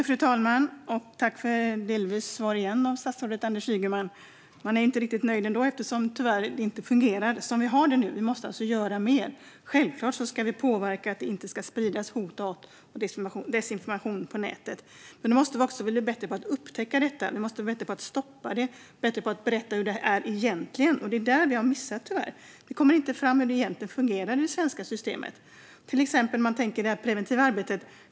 Fru talman! Jag tackar statsrådet Anders Ygeman för ytterligare svar. Men jag är inte riktigt nöjd ändå eftersom det tyvärr inte fungerar som vi har det nu. Vi måste alltså göra mer. Självklart ska vi påverka på ett sådant sätt att hot, hat och desinformation inte ska spridas på nätet. Men då måste vi också bli bättre på att upptäcka detta, bli bättre på att stoppa det och bli bättre på att berätta hur det egentligen är. Det är tyvärr där som vi har missat. Det kommer inte fram hur det egentligen fungerar i det svenska systemet.